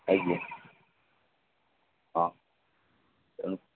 ଆଜ୍ଞା ହଁ ତେଣୁ